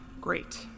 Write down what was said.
Great